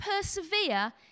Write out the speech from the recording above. persevere